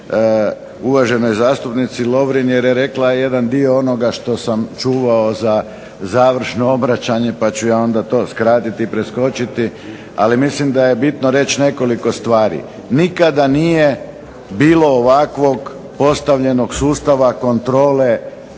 uvaženoj zastupnici Lovrin jer je rekla jedan dio onoga što sam čuvao za završno obraćanje pa ću ja onda to skratiti i preskočiti. Ali mislim da je bitno reći nekoliko stvari. Nikada nije bilo ovakvo postavljenog sustava kontrole